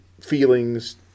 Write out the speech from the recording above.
feelings